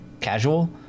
casual